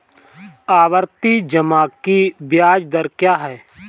आवर्ती जमा की ब्याज दर क्या है?